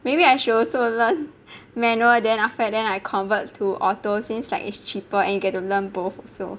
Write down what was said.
maybe I should also learn manual then after that then I convert to auto since like it's cheaper and you get to learn both also